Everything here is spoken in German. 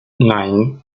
nein